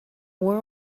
more